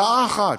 שעה אחת,